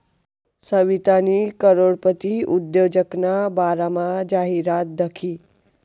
सवितानी करोडपती उद्योजकना बारामा जाहिरात दखी